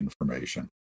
information